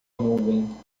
nuvem